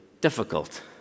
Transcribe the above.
difficult